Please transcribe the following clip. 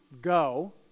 go